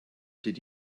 did